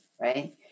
right